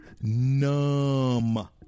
numb